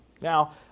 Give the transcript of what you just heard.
Now